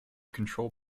control